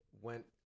went